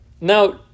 Now